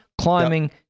Climbing